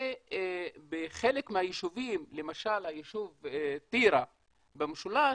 ובחלק מהיישובים, למשל ביישוב טירה במשולש,